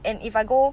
and if I go